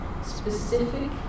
specific